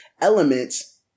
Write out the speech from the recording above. elements